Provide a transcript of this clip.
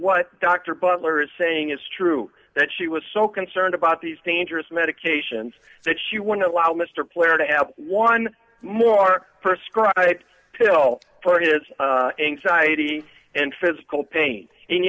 what dr bubbler is saying is true that she was so concerned about these dangerous medications that she went to allow mr blair to have one more per script pill for his anxiety and physical pain